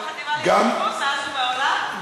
החטיבה להתיישבות מאז ומעולם?